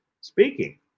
speaking